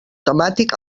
temàtic